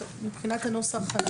מבחינת הנוסח,